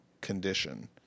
condition